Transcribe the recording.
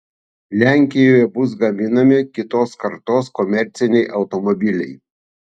lenkijoje bus gaminami kitos kartos komerciniai automobiliai